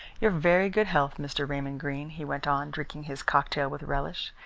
your very good health, mr. raymond greene, he went on, drinking his cocktail with relish.